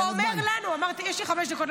יש לי חמש דקות.